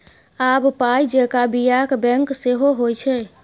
आब पाय जेंका बियाक बैंक सेहो होए छै